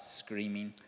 screaming